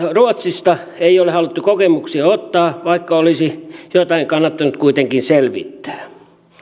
ruotsista ei ole haluttu kokemuksia ottaa vaikka olisi jotain kannattanut kuitenkin selvittää